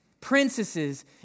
princesses